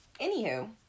Anywho